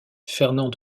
fernand